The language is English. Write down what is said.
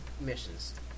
missions